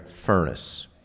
furnace